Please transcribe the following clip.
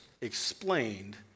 explained